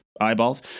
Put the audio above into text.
eyeballs